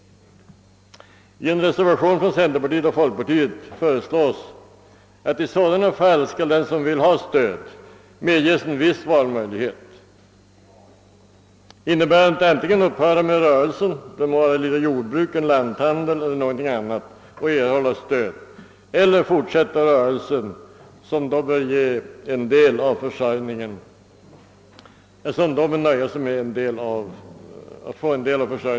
I en reservation från centerpartiet och folkpartiet föreslås att i sådana fall den som vill ha stöd skall medges valfrihet, innebärande att han antingen upphör med rörelsen — det må vara ett jordbruk, en lanthandel eller någonting annat — och erhåller stöd, eller också fortsätter rörelsen, som då bör ge en del av försörjningen, och nöjer sig med att få ett reducerat stöd.